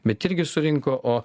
bet irgi surinko